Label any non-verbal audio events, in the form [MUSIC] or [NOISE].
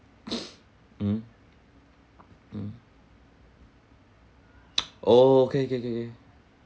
[BREATH] mm mm [NOISE] oh kay kay kay kay